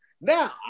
Now